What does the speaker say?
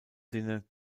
sinne